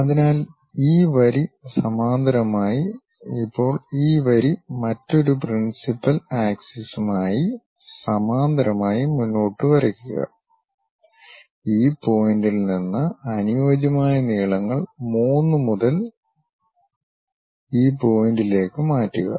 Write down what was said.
അതിനാൽ ഈ വരി സമാന്തരമായി ഇപ്പോൾ ഈ വരി മറ്റൊരു പ്രിൻസിപ്പൽ അക്ഷവുമായി സമാന്തരമായി മുന്നോട്ട് വരയ്ക്കുക ഈ പോയിന്റിൽ നിന്ന് അനുയോജ്യമായ നീളങ്ങൾ 3 മുതൽ ഈ പോയിന്റിലേക്ക് മാറ്റുക